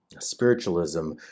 spiritualism